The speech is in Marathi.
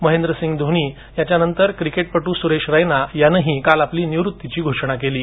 महेंद्रसिंग धोनी यांच्या नंतर क्रिकेटपटू सुरेश रैना यानंही काल निवृत्तीची घोषणा केली आहे